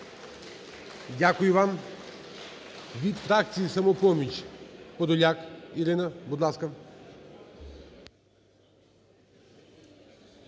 Дякую вам. Від фракції "Самопоміч" Подоляк Ірина, будь ласка.